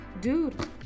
dude